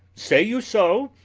say you so?